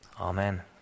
Amen